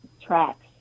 tracks